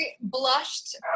blushed